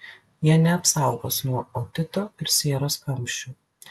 jie neapsaugos nuo otito ir sieros kamščių